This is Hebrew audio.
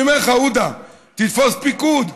אני אומר לך, עודה, תתפוס פיקוד,